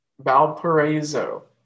Valparaiso